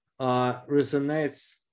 resonates